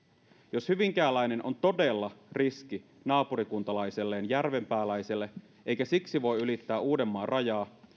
jos hyvinkääläinen on todella riski naapurikuntalaiselleen järvenpääläiselle eikä siksi voi ylittää uudenmaan rajaa